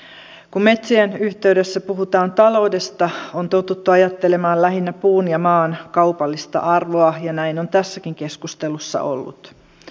kun metsien yhteydessä puhutaan taloudesta on totuttu ajattelemaan lähinnä puun ja maan kaupallista arvoa ja näin on tässäkin keskustelussa ollut